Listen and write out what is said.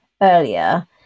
earlier